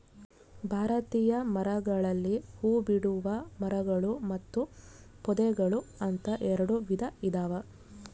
ಭಾರತೀಯ ಮರಗಳಲ್ಲಿ ಹೂಬಿಡುವ ಮರಗಳು ಮತ್ತು ಪೊದೆಗಳು ಅಂತ ಎರೆಡು ವಿಧ ಇದಾವ